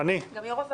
זה יאמר כך: